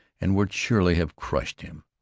and would surely have crushed him.